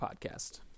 Podcast